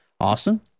Awesome